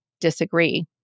disagree